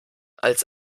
als